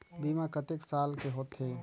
बीमा कतेक साल के होथे?